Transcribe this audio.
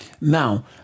Now